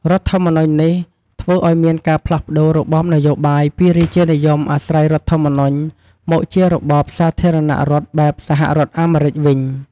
រដ្ឋធម្មនុញ្ញនេះ ធ្វើឲ្យមានការផ្លាស់ប្តូររបបនយោបាយពីរាជានិយមអាស្រ័យរដ្ឋធម្មនុញ្ញ មកជារបបសាធារណរដ្ឋ បែបសហរដ្ឋអាមេរិកវិញ។